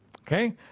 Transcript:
Okay